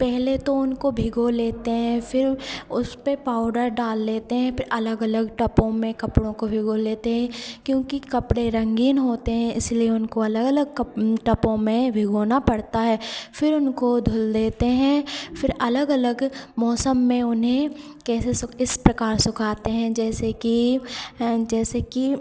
पहले तो उनको भिगो लेते हैं फिर उसपर पाउडर डाल लेते हैं फिर अलग अलग टबों में कपड़ों को भिगो लेते हैं क्योंकि कपड़े रंगीन होते हैं इसलिए उनको अलग अलग कप टबों में भिगोना पड़ता है फिर उनको धुल देते हैं फिर अलग अलग मौसम में उन्हें कैसे इस प्रकार सुखाते हैं जैसे कि जैसे कि